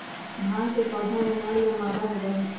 भांग के पौधा या नर या मादा होबा हई